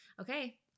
Okay